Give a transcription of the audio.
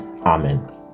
Amen